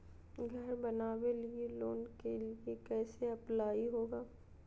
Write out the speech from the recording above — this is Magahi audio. घर बनावे लिय लोन के लिए कैसे अप्लाई होगा?